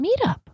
meetup